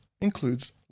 includes